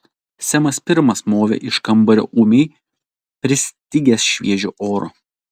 semas pirmas movė iš kambario ūmiai pristigęs šviežio oro